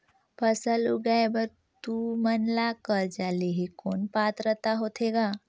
फसल उगाय बर तू मन ला कर्जा लेहे कौन पात्रता होथे ग?